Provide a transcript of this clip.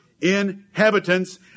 inhabitants